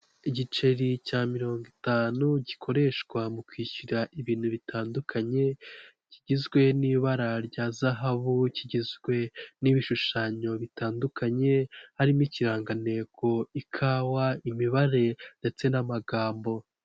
Igiceri cya mirongo itanu gikoreshwa mu kwishyura ibintu bitandukanye, kigizwe n'ibara rya zahabu, kigizwe n'ibishushanyo bitandukanye, harimo ikirangantego, ikawa, imibare, ndetse n'amagambo.